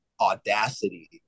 audacity